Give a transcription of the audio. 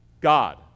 God